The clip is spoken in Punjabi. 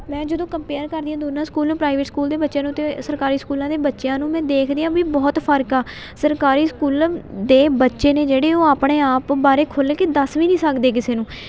ਮੈਂ ਜਦੋਂ ਕੰਪੇਅਰ ਕਰਦੀ ਹਾਂ ਦੋਨਾਂ ਸਕੂਲ ਨੂੰ ਪ੍ਰਾਈਵੇਟ ਸਕੂਲ ਦੇ ਬੱਚਿਆਂ ਨੂੰ ਅਤੇ ਸਰਕਾਰੀ ਸਕੂਲਾਂ ਦੇ ਬੱਚਿਆਂ ਨੂੰ ਮੈਂ ਦੇਖਦੀ ਹਾਂ ਵੀ ਬਹੁਤ ਫਰਕ ਆ ਸਰਕਾਰੀ ਸਕੂਲ ਦੇ ਬੱਚੇ ਨੇ ਜਿਹੜੇ ਉਹ ਆਪਣੇ ਆਪ ਬਾਰੇ ਖੁੱਲ੍ਹ ਕੇ ਦੱਸ ਵੀ ਨਹੀਂ ਸਕਦੇ ਕਿਸੇ ਨੂੰ